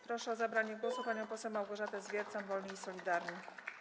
Proszę o zabranie głosu panią poseł Małgorzatę Zwiercan, Wolni i Solidarni.